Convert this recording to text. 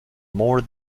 more